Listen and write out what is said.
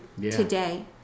today